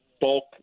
bulk